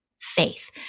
faith